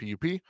PUP